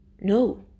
No